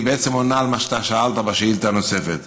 והיא בעצם עונה על מה ששאלת בשאילתה הנוספת.